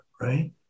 right